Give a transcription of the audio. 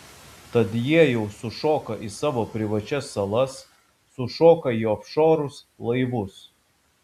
tad jie jau sušoka į savo privačias salas sušoka į ofšorus laivus